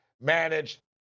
managed